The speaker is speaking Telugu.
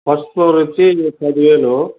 ఫస్ట్ ఫ్లోరొచ్చి పదివేలు